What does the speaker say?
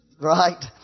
Right